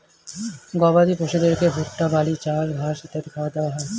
গবাদি পশুদেরকে ভুট্টা, বার্লি, চাল, ঘাস ইত্যাদি খাবার দেওয়া হয়